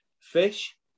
Fish